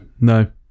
no